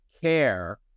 care